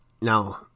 Now